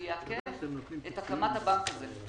זה יעכב את הקמת הבנק הזה.